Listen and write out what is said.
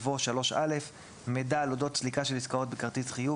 יבוא: "3א.מידע על אודות סליקה של עסקאות בכרטיס חיוב,